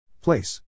Place